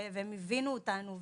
והם הבינו אותנו,